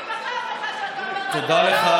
מי בחר בך שאתה אומר תודה,